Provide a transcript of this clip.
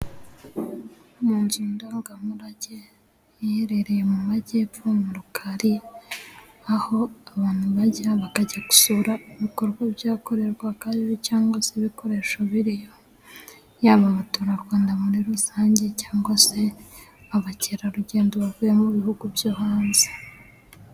Mu nzu ndangamurage iherereye mu majyepfo mu Rukari, aho abantu bajya, bakajya gusura ibikorwa byakorerwagayo , cyangwa se ibikoresho biriyo. Yaba abaturarwanda muri rusange, cyangwa se abakerarugendo bavuye mu bihugu byo hanze.